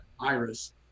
Iris